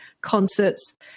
concerts